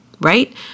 right